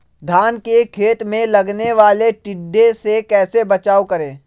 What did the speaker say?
धान के खेत मे लगने वाले टिड्डा से कैसे बचाओ करें?